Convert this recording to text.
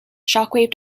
shockwave